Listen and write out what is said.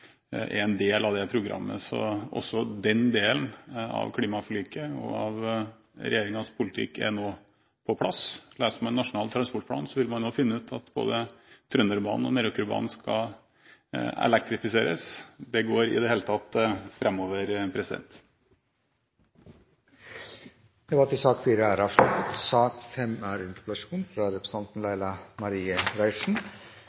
er en del av det programmet. Så også den delen av klimaforliket og av regjeringens politikk er nå på plass. Leser man Nasjonal transportplan, vil man også finne ut at både Trønderbanen og Meråkerbanen skal elektrifiseres. Det går i det hele tatt framover. Debatten i sak nr. 4 er avsluttet. Først og fremst er